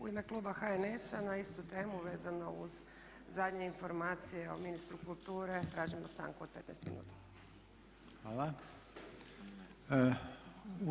U ime kluba HNS-a na istu temu vezano uz zadnje informacije o ministru kulture tražimo stanku od 15 minuta.